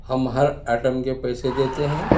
ہم ہر ایٹم کے پیسے دیتے ہیں